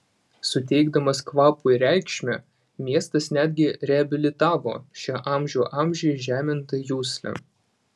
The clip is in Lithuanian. suteikdamas kvapui reikšmę miestas netgi reabilitavo šią amžių amžiais žemintą juslę